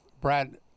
Brad